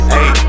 Hey